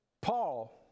Paul